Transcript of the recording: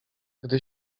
gdy